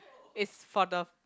is for the